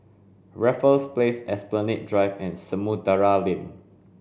Raffles Place Esplanade Drive and Samudera Lane